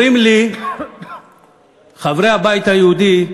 אומרים לי חברי הבית היהודי: